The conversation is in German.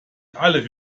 alle